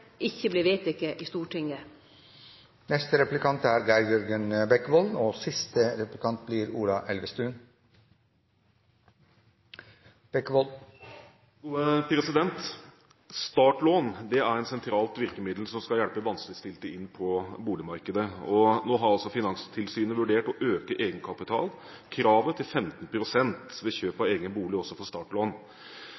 ikkje vert vedteke i Stortinget. Startlån er et sentralt virkemiddel som skal hjelpe vanskeligstilte inn på boligmarkedet. Nå har altså Finanstilsynet vurdert å øke egenkapitalen, dvs. kravet til 15 pst. ved kjøp